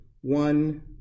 one